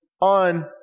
on